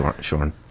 Sean